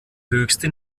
höchste